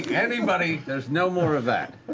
anybody there's no more of that.